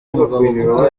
mugabo